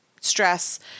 Stress